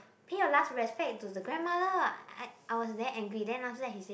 pay your last respect to the grandma lah I I was damn angry then after that he said